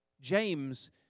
James